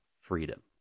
Freedom